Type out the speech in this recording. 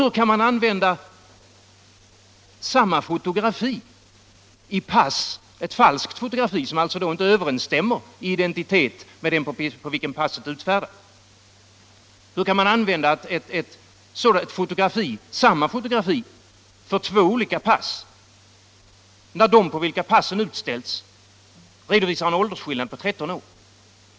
Hur kan samma fotografi, som inte överensstämmer med identiteten hos den för vilken passet är utfärdat, användas i två olika pass när de för vilka passen utställts redovisar en åldersskillnad på 13 år?